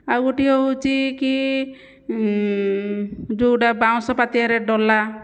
ଆଉ ଗୋଟିଏ ହେଉଛି କି ଯେଉଁଟା ବାଉଁଶ ପାତିଆରେ ଡଲା